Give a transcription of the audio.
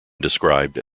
described